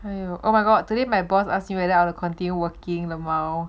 !aiyo! oh my god today my boss ask me whether I will continue working lmao